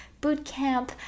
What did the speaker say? bootcamp